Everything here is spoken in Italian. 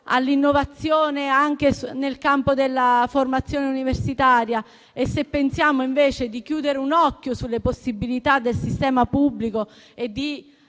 all'innovazione anche nel campo della formazione universitaria, e se pensiamo invece di chiudere un occhio sulle possibilità del sistema pubblico e di